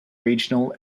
regional